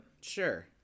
Sure